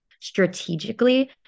strategically